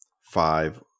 five